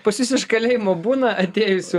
pas jus iš kalėjimo būna atėjusių